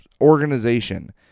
organization